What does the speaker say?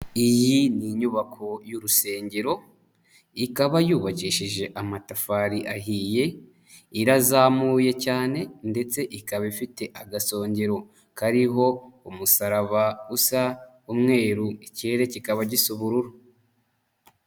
Iyi ni inyubako y'urusengero, ikaba yubakishije amatafari ahiye, irazamuye cyane ndetse ikaba ifite agasongero kariho umusaraba usa umweru, ikirere kikaba gifite ubururu.